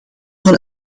van